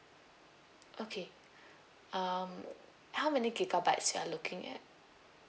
okay um how many gigabytes you're looking at